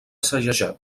segellat